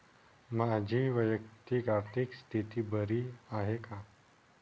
माझी वैयक्तिक आर्थिक स्थिती बरी आहे का?